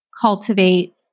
cultivate